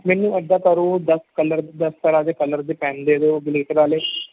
ਮੈਨੂੰ ਇੱਦਾਂ ਕਰੋ ਦਸ ਕਲਰ ਦਸ ਤਰ੍ਹਾਂ ਦੇ ਕਲਰ ਦੇ ਪੈੱਨ ਦੇ ਦਿਓ ਗਲਿੱਟਰ ਵਾਲੇ